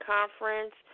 Conference